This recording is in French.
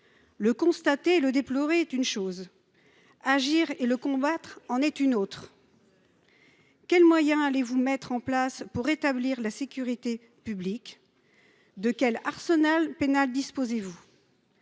Le constater et le déplorer est une chose ; agir et le combattre en est une autre. Quels moyens déploierez vous pour rétablir la sécurité publique ? De quel arsenal pénal disposez vous ?